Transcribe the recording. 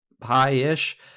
High-ish